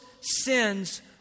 sins